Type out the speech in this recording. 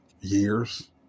years